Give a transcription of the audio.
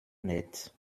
nett